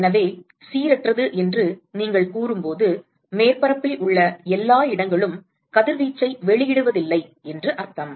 எனவே சீரற்றது என்று நீங்கள் கூறும்போது மேற்பரப்பில் உள்ள எல்லா இடங்களும் கதிர்வீச்சை வெளியிடுவதில்லை என்று அர்த்தம்